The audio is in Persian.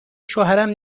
شوهرم